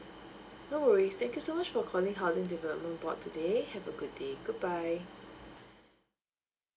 no worries thank you so much for calling housing development board today have a good day goodbye